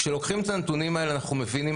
כשלוקחים את הנתונים האלה אנחנו מבינים,